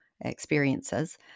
experiences